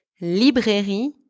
Librairie